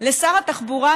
לשר התחבורה,